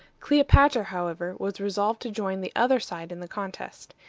cleopatra, however, was resolved to join the other side in the contest.